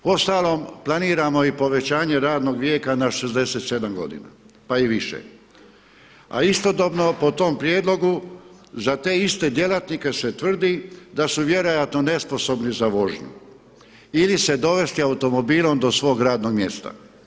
Uostalom planiramo i planiranje radnog vijeka na 67 godina pa i više, a istodobno po tom prijedlogu za te iste djelatnike se tvrdi da su vjerojatno nesposobni za vožnju ili se dovesti svojim automobilom do svog radnog mjesta.